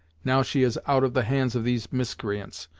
now she is out of the hands of these miscreants,